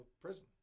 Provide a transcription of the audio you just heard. prison